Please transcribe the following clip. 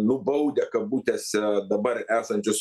nubaudę kabutėse dabar esančius